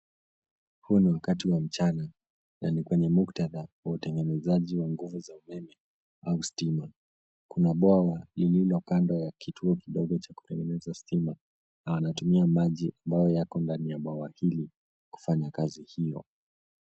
Huu ni wakati wa mchana na ni kwenye muktadha wa utengenezaji wa nguvu za umeme au stima. Kuna bwawa lililo upande wa kituo kidogo cha kutengeneza stima na wanatumia maji ambayo yako ndani ya bwawa hili kufanya kazi hio.